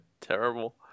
Terrible